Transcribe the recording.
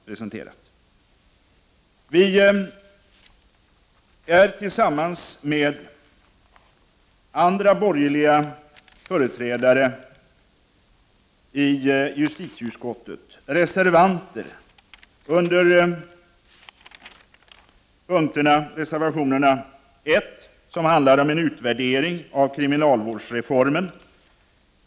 Vi står tillsammans med andra borgerliga företrädare i justitieutskottet bakom bl.a. reservationen 1 om en utvärdering av kriminalvårdsreformen.